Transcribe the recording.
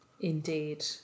indeed